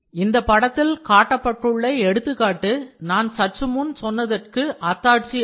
இந்த படத்தில் காட்டப்பட்டுள்ள எடுத்துக்காட்டு நான் சற்றுமுன் சொன்னதற்கு அத்தாட்சியாகும்